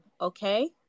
Okay